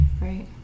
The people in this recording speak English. Right